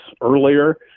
earlier